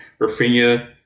Rafinha